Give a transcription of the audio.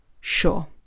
Sure